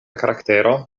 karaktero